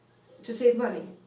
to save money.